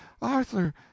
arthur